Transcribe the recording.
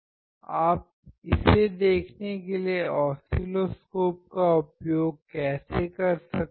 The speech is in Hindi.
आप इसे देखने के लिए ऑसिलोस्कोप का उपयोग कैसे कर सकते हैं